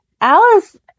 alice